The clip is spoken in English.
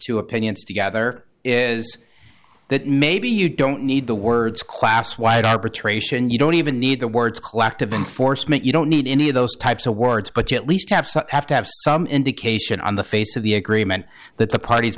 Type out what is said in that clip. two opinions together is that maybe you don't need the words class wide arbitration you don't even need the words collective enforcement you don't need any of those types of words but at least have some have to have some indication on the face of the agreement that the parties